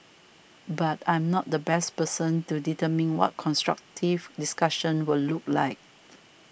but I'm not the best person to determine what constructive discussion would look like